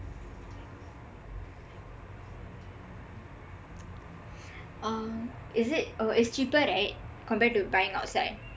um is it uh is cheaper right compared to buying outside